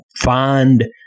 find